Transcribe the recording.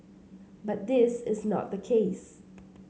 but this is not the case